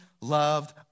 loved